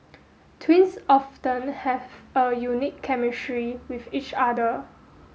twins often have a unique chemistry with each other